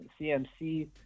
CMC